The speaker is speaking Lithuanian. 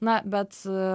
na bet